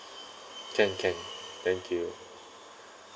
can can thank you